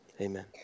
Amen